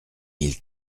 mille